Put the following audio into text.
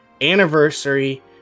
anniversary